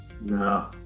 No